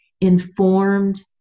informed